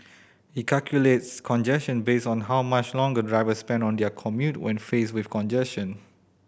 it calculates congestion based on how much longer drivers spend on their commute when faced with congestion